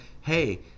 Hey